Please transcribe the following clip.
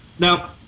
Now